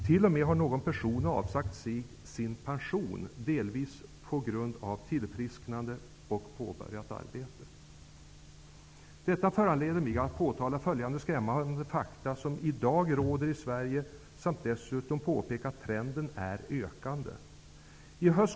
Någon person har t.o.m. avsagt sig sin pension, delvis på grund av tillfrisknande och påbörjat arbete. Detta föranleder mig att påtala följande skrämmande fakta som i dag råder i Sverige samt att dessutom påpeka att trenden är ökande.